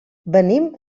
venim